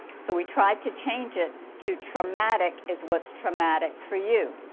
so we tried to change it to traumatic is what's traumatic for you.